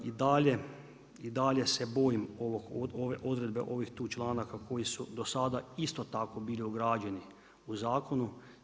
I dalje se bojim ove odredbe ovih tu članaka koji su do sada isto tako bili ugrađeni u zakonu.